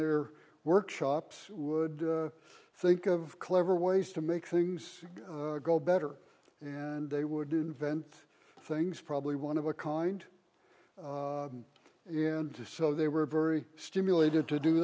their workshops would think of clever ways to make things go better and they would invent things probably one of a kind in to so they were very stimulated to do